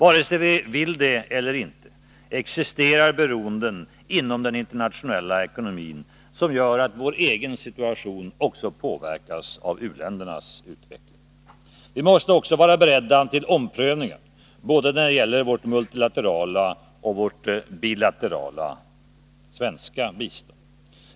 Antingen vi vill det eller inte existerar beroenden inom den internationella ekonomin som gör att vår egen situation också påverkas av u-ländernas utveckling. Vi måste också vara beredda till omprövningar både när det gäller vårt multilaterala och vårt bilaterala svenska bistånd.